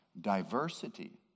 diversity